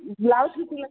blouse की सिलाई